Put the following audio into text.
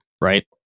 right